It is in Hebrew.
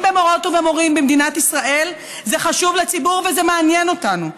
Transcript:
במורות ובמורים במדינת ישראל זה חשוב לציבור וזה מעניין אותנו.